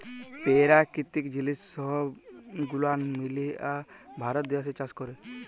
পেরাকিতিক জিলিস সহব গুলান মিলায় ভারত দ্যাশে চাষ ক্যরে